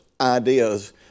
ideas